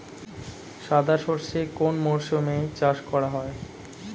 সাদা সর্ষে কোন মরশুমে চাষ করা হয়?